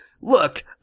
look